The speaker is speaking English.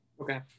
Okay